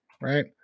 Right